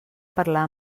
parlar